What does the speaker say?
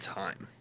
time